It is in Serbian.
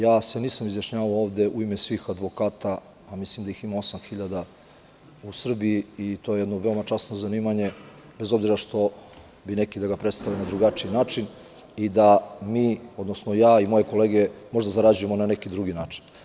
Naime, ja se nisam ovde izjašnjavao u ime svih advokata, a mislim da ih ima osam hiljada u Srbiji i to je jedno časno zanimanje, bez obzira što bi neki da ga predstave na drugačiji način, i da mi, odnosno ja i moje kolege možda zarađujemo na neki drugi način.